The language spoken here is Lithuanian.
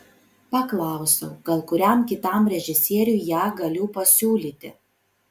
paklausiau gal kuriam kitam režisieriui ją galiu pasiūlyti